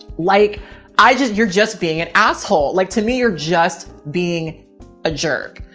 like i just, you're just being an asshole. like to me you're just being a jerk.